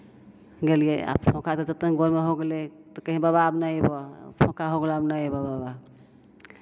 गेलियै आ फौँका तऽ तेहन गोड़मे हो गेलै तऽ कहीँ बाबा आब नहि अयबह फौँका हो गेलै आब नहि अयबहु